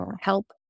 help